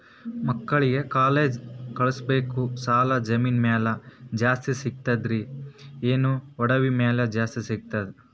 ಮಕ್ಕಳಿಗ ಕಾಲೇಜ್ ಕಳಸಬೇಕು, ಸಾಲ ಜಮೀನ ಮ್ಯಾಲ ಜಾಸ್ತಿ ಸಿಗ್ತದ್ರಿ, ಏನ ಒಡವಿ ಮ್ಯಾಲ ಜಾಸ್ತಿ ಸಿಗತದ?